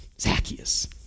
Zacchaeus